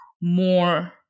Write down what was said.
more